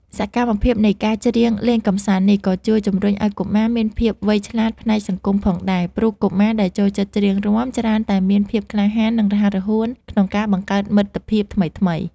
សកម្មភាពនៃការច្រៀងលេងកម្សាន្តនេះ ក៏ជួយជំរុញឱ្យកុមារមានភាពវៃឆ្លាតផ្នែកសង្គមផងដែរ ព្រោះកុមារដែលចូលចិត្តច្រៀងរាំ ច្រើនតែមានភាពក្លាហាន និងរហ័សរហួនក្នុងការបង្កើតមិត្តភាពថ្មីៗ។